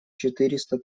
четыреста